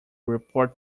report